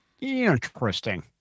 Interesting